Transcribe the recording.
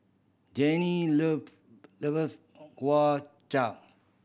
Janae love kwa chap